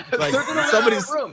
somebody's